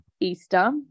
easter